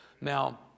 Now